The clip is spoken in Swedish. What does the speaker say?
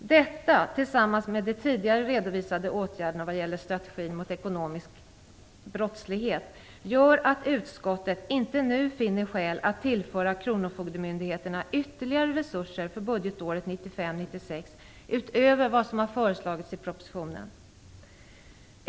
Detta tillsammans med de tidigare redovisade åtgärderna vad gäller strategin mot ekonomisk brottslighet gör att utskottet inte nu finner skäl att tillföra kronofogdemyndigheterna ytterligare resurser för budgetåret 1995/96 utöver vad som föreslagits i propositionen.